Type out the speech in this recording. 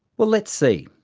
well, let's see.